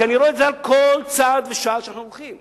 כי אני רואה את זה על כל צעד ושעל שאנחנו הולכים,